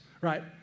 Right